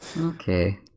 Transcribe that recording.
Okay